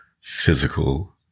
physical